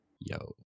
Yo